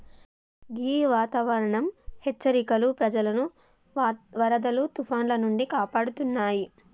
గీ వాతావరనం హెచ్చరికలు ప్రజలను వరదలు తుఫానాల నుండి కాపాడుతాయి